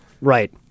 Right